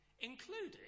including